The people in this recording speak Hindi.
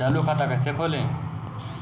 चालू खाता कैसे खोलें?